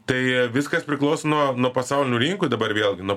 tai viskas priklauso nuo nuo pasaulinių rinkų dabar vėlgi nuo